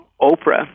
Oprah